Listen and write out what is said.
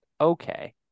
okay